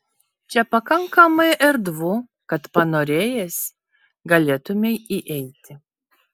čia pakankamai erdvu kad panorėjęs galėtumei įeiti